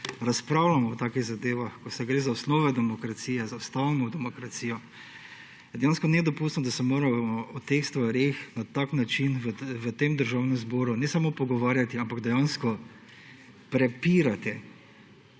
razpravljamo o zadevah, ko gre za osnove demokracije, za ustavno demokracijo, je dejansko nedopustno, da se moramo o teh stvareh na tak način v tem državnem zboru ne samo pogovarjati, ampak prepirati.